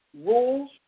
rules